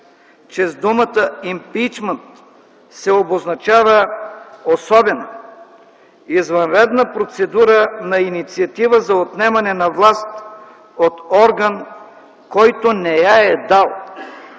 чрез думата „импийчмънт” се обозначава особена, извънредна процедура на инициатива за отнемане на власт от орган, който не я е дал!